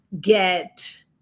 get